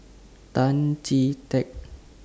Tan Chee Teck